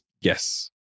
Yes